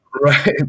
right